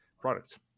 products